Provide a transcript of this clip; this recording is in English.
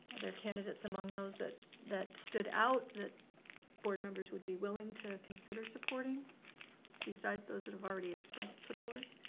are there candidates among those that that stood out, that board members would be willing to consider supporting besides those that have already expressed support?